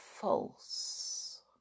false